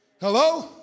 Hello